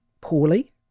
poorly